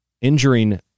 injuring